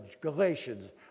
Galatians